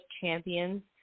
champions